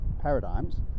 paradigms